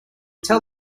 tell